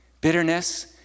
Bitterness